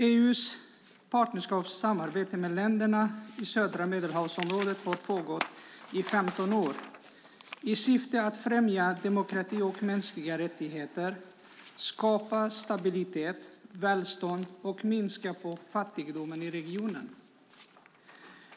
EU:s partnerskapssamarbete med länderna i södra Medelhavsområdet har pågått i 15 år i syfte att främja demokrati och mänskliga rättigheter, skapa stabilitet och välstånd och minska fattigdomen i regionen.